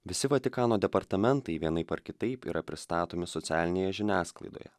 visi vatikano departamentai vienaip ar kitaip yra pristatomi socialinėje žiniasklaidoje